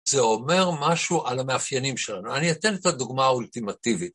זה אומר משהו על המאפיינים שלנו, אני אתן את הדוגמה האולטימטיבית.